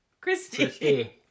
Christie